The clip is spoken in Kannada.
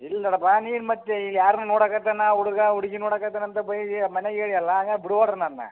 ಇಲ್ಲ ನೋಡಪ್ಪ ನೀನು ಮತ್ತೆ ಯಾರನ್ನ ನೋಡಕತನ ಹುಡ್ಗ ಹುಡ್ಗಿ ನೋಡಕತನ ಅಂತ ಮನೆಗೆ ಹೇಳಿಯಲ್ಲ ಹಂಗಾರ್ ಬಿಡು ನನ್ನ